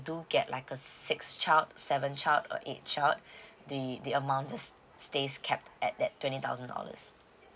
do get like a six child seven child or eight child the the amount is stays capped at that twenty thousand dollars